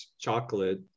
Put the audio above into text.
chocolate